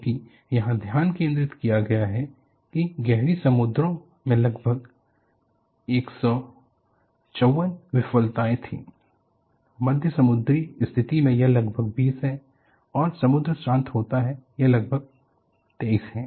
क्योंकि यहां ध्यान केंद्रित किया गया है कि गहरी समुद्रों में लगभग 154 विफलताएं थीं मध्यम समुद्री स्थिति में यह लगभग 20 है जब समुद्र शांत होता है यह लगभग 23 है